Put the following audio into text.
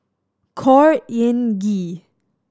Khor Ean Ghee